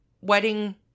wedding